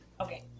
Okay